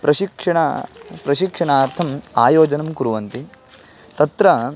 प्रशिक्षिणं प्रशिक्षणार्थम् आयोजनं कुर्वन्ति तत्र